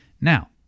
Now